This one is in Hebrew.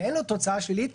ואין לו תוצאה שלילית,